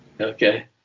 Okay